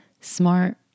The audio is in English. Smart